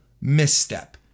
misstep